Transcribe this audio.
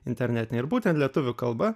internetinį ir būtent lietuvių kalba